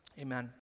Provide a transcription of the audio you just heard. Amen